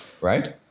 Right